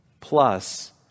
plus